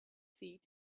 feet